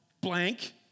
blank